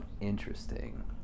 Interesting